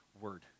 word